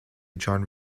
john